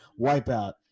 Wipeout